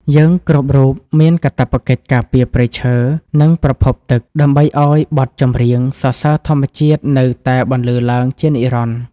យើងគ្រប់រូបមានកាតព្វកិច្ចការពារព្រៃឈើ និងប្រភពទឹក ដើម្បីឱ្យបទចម្រៀងសរសើរធម្មជាតិនៅតែបន្លឺឡើងជានិរន្តរ៍។